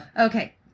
Okay